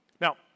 Now